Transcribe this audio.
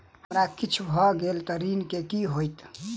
हमरा किछ भऽ गेल तऽ ऋण केँ की होइत?